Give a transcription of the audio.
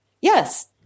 Yes